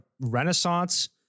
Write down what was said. Renaissance